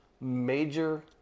major